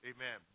Amen